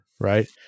right